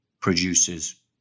produces